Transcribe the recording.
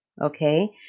okay